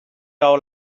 our